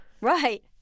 Right